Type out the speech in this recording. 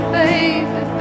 baby